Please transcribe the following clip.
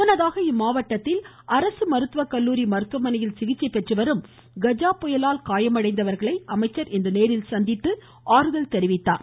முன்னதாக இம்மாவட்டத்தில் அரசு மருத்துவ கல்லூரி மருத்துவமனையில் சிகிச்சை பெற்றுவரும் கஜா புயலால் காயமடைந்தவர்களை அமைச்சா் இன்று நேரில் சந்தித்து ஆறுதல் தெரிவித்தார்